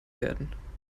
werden